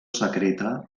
secreta